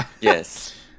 Yes